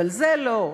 אבל זה לא.